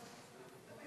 גברתי